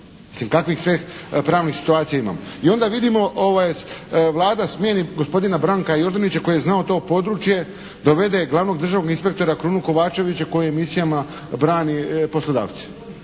kakvih sve pravnih situacija imamo. I onda vidimo Vlada smijeni gospodina Branka Jordanića koji je znao to područje, dovede glavnog državnog inspektora Krunu Kovačevića koji u emisijama brani poslodavce.